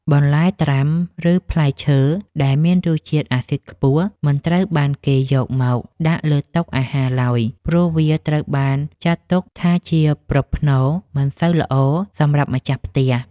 បន្លែត្រាំ ឬផ្លែឈើដែលមានជាតិអាស៊ីតខ្ពស់មិនត្រូវបានគេយកមកដាក់លើតុអាហារឡើយ ព្រោះ វាត្រូវបានចាត់ទុកថាជាប្រផ្នូលមិនសូវល្អសម្រាប់ម្ចាស់ផ្ទះ។